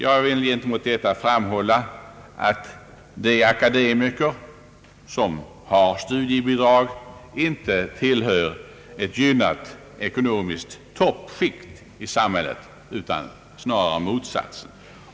Jag vill gentemot detta framhålla, att de akademiker som har studiebidrag icke tillhör ett ekonomiskt sett gynnat toppskikt i samhället utan många gånger snarare motsatsen.